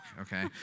okay